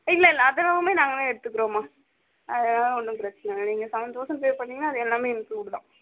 இல்லை இல்லை அதெல்லாமுமே நாங்களே எடுத்துக்கிறோம்மா அதெல்லாம் ஒன்றும் பிரச்சின இல்லை நீங்கள் செவன் தௌசண்ட் பே பண்ணீங்கன்னால் அது எல்லாமே இன்க்ளூடு தான்